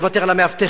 תוותר על המאבטחים,